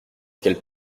qu’elle